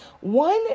one